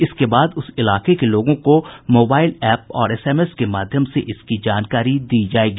इसके बाद उस इलाके के लोगों को मोबाइल एप्प और एसएमएस के माध्यम से इसकी जानकारी दी जायेगी